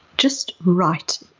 just write.